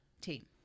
team